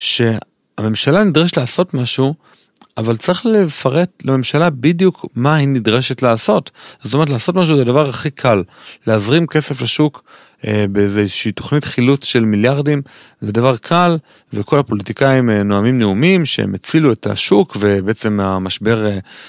שהממשלה נדרשת לעשות משהו אבל צריך לפרט לממשלה בדיוק מה היא נדרשת לעשות זאת אומרת לעשות משהו זה הדבר הכי קל להזרים כסף לשוק באיזושהי תוכנית חילוץ של מיליארדים זה דבר קל וכל הפוליטיקאים נואמים נאומים שהם הצילו את השוק ובעצם המשבר.